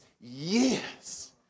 years